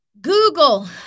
Google